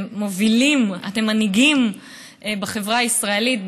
אתם מובילים, אתם מנהיגים בחברה הישראלית.